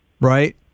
Right